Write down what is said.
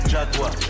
Jaguar